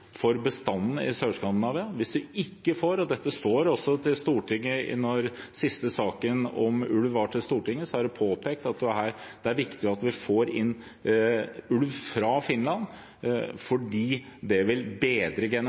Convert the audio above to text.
for bestanden i Sør-Skandinavia. I den siste saken om ulv som var til Stortinget, er det påpekt at det er viktig at vi får inn ulv fra Finland, fordi det vil bedre